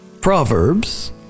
Proverbs